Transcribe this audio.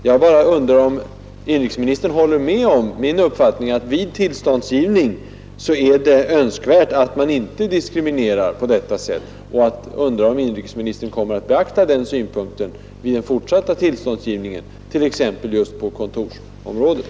Jag bara undrar om inrikesministern håller med mig när jag säger att det vid tillståndsgivningen är önskvärt att man inte diskriminerar på detta sätt, och jag vill fråga om inrikesministern kommer att beakta den synpunkten vid den fortsatta tillståndsgivningen t.ex. på kontorsområdet.